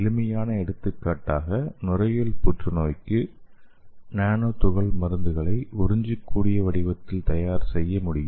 எளிமையான எடுத்துக்காட்டாக நுரையீரல் புற்றுநோய்க்கு நானோ துகள் மருந்துகளை உறிஞ்சக்கூடிய வடிவத்தில் தயார் செய்ய முடியும்